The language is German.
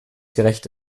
gerecht